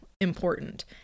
important